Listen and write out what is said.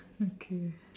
okay